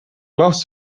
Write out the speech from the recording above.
glass